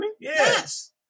Yes